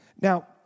Now